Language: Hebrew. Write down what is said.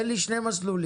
תן לי שני מסלולים.